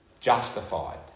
justified